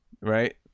right